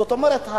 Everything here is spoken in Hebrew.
זאת אומרת,